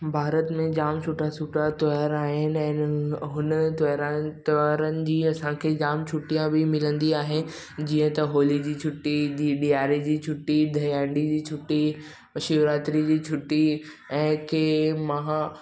भारत में जामु सुठा सुठा त्योहार आहिनि ऐं हुन दौरान त्योहार जी असांखे जामु छुटियां बि मिलंदी आहे जीअं त होली जी छुटी बि ॾियारी जी छुटी दही हांडी जी छुटी शिवरात्री जी छुटी ऐं कंहिं महा